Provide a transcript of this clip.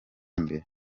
imbere